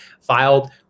filed